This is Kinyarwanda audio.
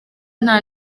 nta